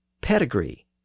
pedigree